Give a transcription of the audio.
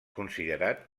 considerat